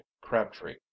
crabtree